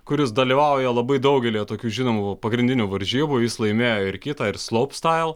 kuris dalyvauja labai daugelyje tokių žinomų pagrindinių varžybų jis laimėjo ir kitą ir slaupstail